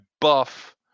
buff